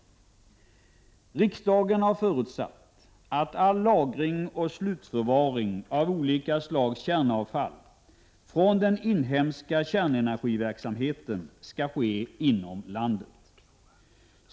Riksdagen har förutsatt att all lagring och slutförvaring av olika slags kärnavfall från den inhemska kärnenergiverksamheten skall ske inom landet.